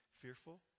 fearful